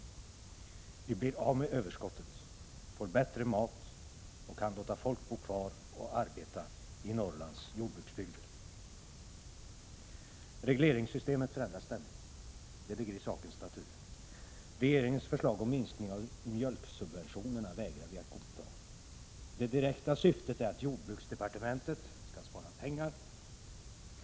Vi blir av med överskottet, får bättre mat och kan låta folk bo kvar och arbeta i Norrlands jordbruksbygder. Regleringssystemet förändras ständigt, det ligger i sakens natur. Regeringens förslag om minskning av mjölksubventionerna vägrar vi att godta. Det direkta syftet är att jordbruksdepartementet skall spara pengar.